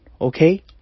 okay